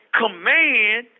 command